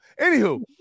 anywho